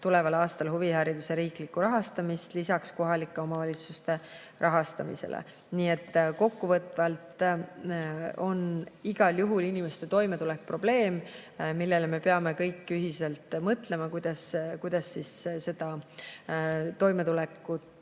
tuleval aastal huvihariduse riiklikku rahastamist lisaks kohalike omavalitsuste rahastamisele. Nii et kokkuvõtvalt on igal juhul inimeste toimetulek probleem, millele me peame kõik ühiselt mõtlema. Me peame mõtlema,